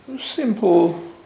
simple